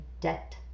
debt